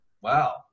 wow